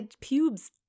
Pubes